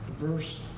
diverse